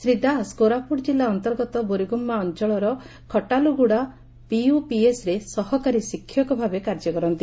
ଶ୍ରୀ ଦାଶ କୋରାପୁଟ ଜିଲ୍ଲା ଅନ୍ତର୍ଗତ ବୋରିଗୁମ୍ମା ଅଅଳର ଖଟାଲୁଗୁଡ଼ା ପିୟୁପିଏସ୍ରେ ସହକାରୀ ଶିକ୍ଷକ ଭାବେ କାର୍ଯ୍ୟ କରନ୍ତି